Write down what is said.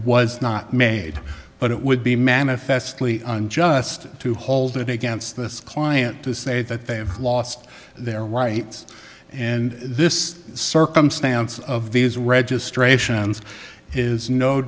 was not made but it would be manifestly unjust to hold it against this client to stay that they have lost their rights and this circumstance of these registrations is no